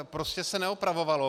Prostě se neopravovalo.